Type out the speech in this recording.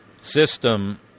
system